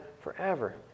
forever